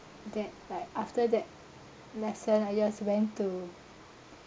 that like after that lesson I just went to